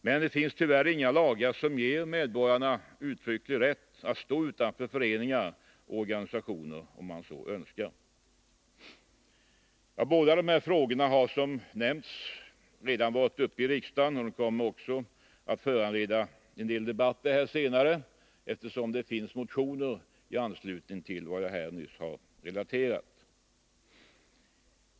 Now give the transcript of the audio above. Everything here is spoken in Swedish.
Men det finns tyvärr inga lagar som ger medborgarna uttrycklig rätt att stå utanför föreningar och organisationer om de så önskar. Båda de här frågorna har, som nämnts, redan varit uppe i riksdagen, och de kommer också att föranleda en del debatter senare, eftersom det finns motioner i anslutning till det jag här nyss har relaterat.